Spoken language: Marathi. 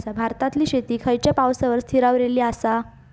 भारतातले शेती खयच्या पावसावर स्थिरावलेली आसा?